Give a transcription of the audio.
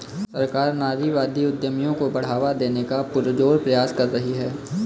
सरकार नारीवादी उद्यमियों को बढ़ावा देने का पुरजोर प्रयास कर रही है